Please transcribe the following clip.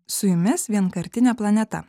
su jumis vienkartinė planeta